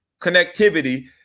connectivity